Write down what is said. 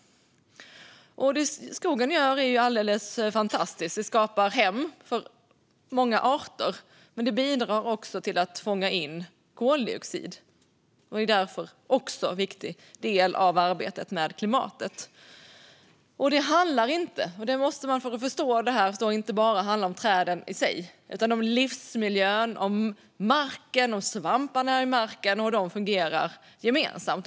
Vad skogen gör är alldeles fantastiskt. Den skapar hem för många arter, men den bidrar också till att fånga in koldioxid. Skogen är därför också en viktig del i arbetet med klimatet. För att förstå allt detta handlar det inte bara om träden i sig, utan det handlar om livsmiljön, marken och hur svamparna i marken fungerar gemensamt.